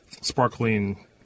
sparkling